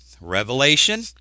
Revelation